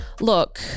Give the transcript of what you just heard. Look